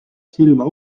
silma